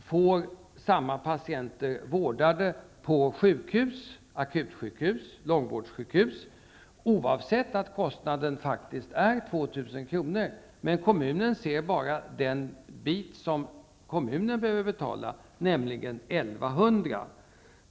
får samma patienter vårdade på sjukhus, akutsjukhus och långvårdssjukhus, oavsett att kostnaden faktiskt är 2 000 kr. Kommunen ser bara den bit som kommunen behöver betala, nämligen 1 100 kr.